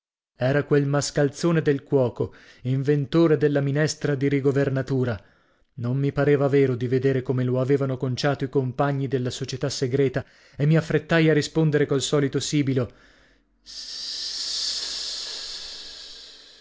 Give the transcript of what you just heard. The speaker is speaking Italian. era quel mascalzone del cuoco inventore della minestra di rigovernatura non mi pareva vero di vedere come lo avevano conciato i compagni della società segreta e mi affrettai a rispondere col solito sibilo